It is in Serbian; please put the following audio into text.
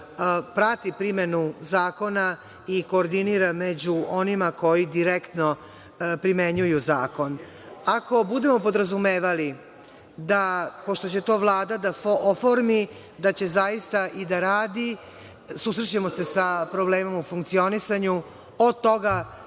prati primenu zakona i koordinira među onima koji direktno primenjuju zakon. Ako budemo podrazumevali da, pošto će to Vlada da oformi, da će zaista i da radi, susrećemo se sa problemom u funkcionisanju, od toga